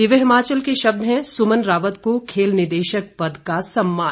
दिव्य हिमाचल के शब्द हैं सुमन रावत को खेल निदेशक पद का सम्मान